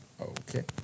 Okay